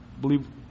believe